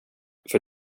för